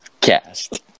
Cast